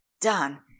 done